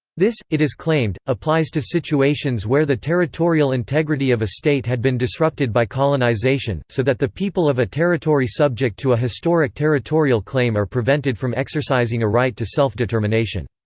this, it is claimed, applies to situations where the territorial integrity of a state had been disrupted by colonisation, so that the people of a territory subject to a historic territorial claim are prevented from exercising a right to self-determination.